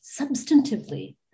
substantively